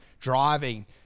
driving